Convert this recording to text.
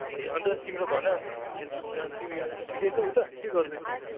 ए अन्त तिम्रो भन अन्त तिमी तिमी अन्त तिमी ठिकै छ उता के गर्दैछ